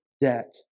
debt